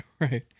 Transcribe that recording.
Right